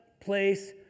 place